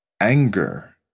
anger